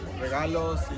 regalos